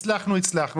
הצלחנו הצלחנו.